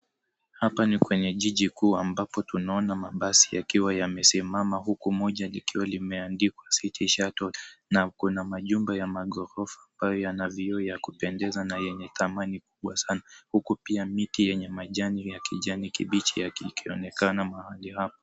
Hapa ni kwenye jiji kuu ambapo tunaona mabasi yakiwa yamesimama huku moja likiwa limeandikwa City Shuttle na kuna majumba ya maghorofa ambayo yana vioo ya kupendeza na yenye thamani kubwa sana huku pia miti yenye majani ya kijani kibichi yakionekana mahali hapa.